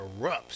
erupts